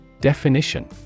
Definition